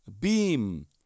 Beam